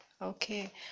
Okay